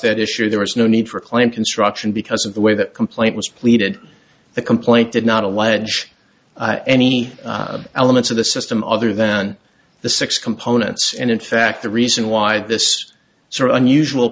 that issue there was no need for a claim construction because of the way that complaint was pleaded the complaint did not allege any elements of the system other than the six components and in fact the reason why this